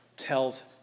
tells